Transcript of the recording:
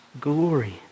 glory